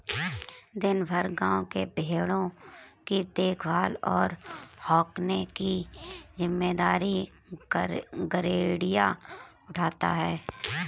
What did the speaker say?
दिन भर गाँव के भेंड़ों की देखभाल और हाँकने की जिम्मेदारी गरेड़िया उठाता है